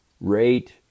rate